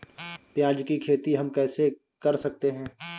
प्याज की खेती हम कैसे कर सकते हैं?